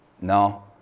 No